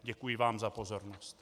Děkuji vám za pozornost.